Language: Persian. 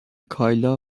کایلا